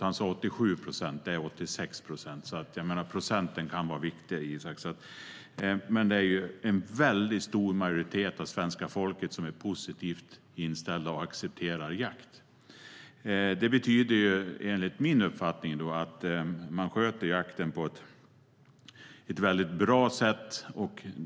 Han sa 87 procent; det är 86. Procenten kan vara viktiga, Isak. Men det är en väldigt stor majoritet av svenska folket som är positivt inställd och accepterar jakt. Det betyder enligt min uppfattning att man sköter jakten på ett väldigt bra sätt.